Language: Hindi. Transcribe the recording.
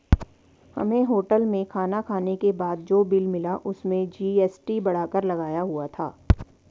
हमें होटल में खाना खाने के बाद जो बिल मिला उसमें जी.एस.टी बढ़ाकर लगाया हुआ था